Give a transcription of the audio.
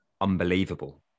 unbelievable